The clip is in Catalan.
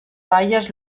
baies